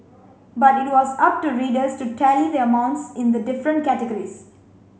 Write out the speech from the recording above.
but it was up to readers to tally the amounts in the different categories